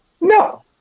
no